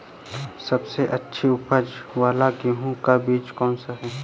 सबसे अच्छी उपज वाला गेहूँ का बीज कौन सा है?